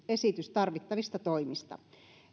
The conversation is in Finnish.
esitys tarvittavista toimista